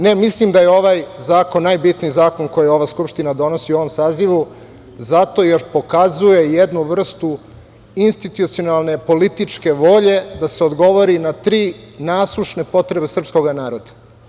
Ne, mislim da je ovaj zakon najbitniji zakon koji ova Skupština donosi u ovom sazivu zato, jer pokazuje jednu vrstu institucionalne političke volje da se odgovori na tri nasušne potrebe srpskog naroda.